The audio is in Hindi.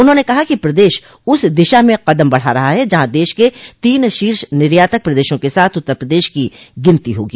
उन्होंने कहा कि प्रदेश उस दिशा में कदम बढ़ा रहा है जहां देश के तोन शीर्ष निर्यातक प्रदेशों के साथ उत्तर प्रदेश की गिनती होगी